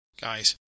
Guys